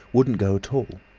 wouldn't go at all.